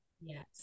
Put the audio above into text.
Yes